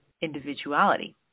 individuality